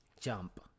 Jump